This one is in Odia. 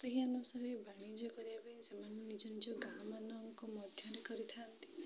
ସେହି ଅନୁସାରେ ବାଣିଜ୍ୟ କରିବାପାଇଁ ସେମାନେ ନିଜ ନିଜ ଗାଁ ମାନଙ୍କ ମଧ୍ୟରେ କରିଥାନ୍ତି